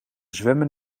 zwemmen